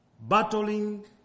battling